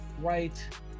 right